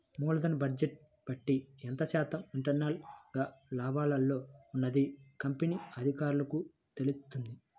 మూలధన బడ్జెట్ని బట్టి ఎంత శాతం ఇంటర్నల్ గా లాభాల్లో ఉన్నది కంపెనీ అధికారులకు తెలుత్తది